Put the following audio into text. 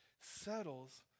settles